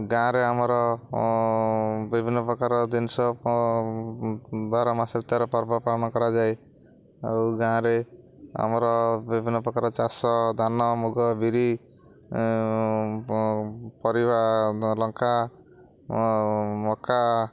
ଗାଁରେ ଆମର ବିଭିନ୍ନ ପ୍ରକାର ଜିନିଷ ବାର ମାସ ତେର ପର୍ବ ପାଳନ କରାଯାଏ ଆଉ ଗାଁରେ ଆମର ବିଭିନ୍ନ ପ୍ରକାର ଚାଷ ଧାନ ମୁଗ ବିରି ପରିବା ଲଙ୍କା ମକା